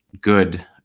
good